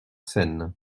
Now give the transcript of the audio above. seine